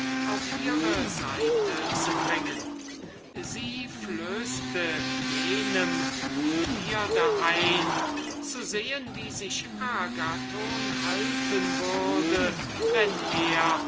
auf ihre seite zu bringen sie flößte jenem die begierde ein zu sehen wie sich agathon halten würde wenn er